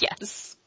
Yes